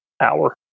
hour